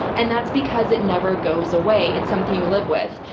and that's because it never goes away, it's something you live with.